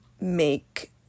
make